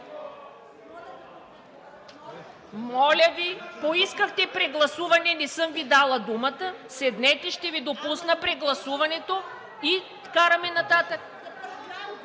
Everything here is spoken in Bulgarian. Моля Ви, поискахте прегласуване. Не съм Ви дала думата. Седнете, ще Ви допусна прегласуването и караме нататък.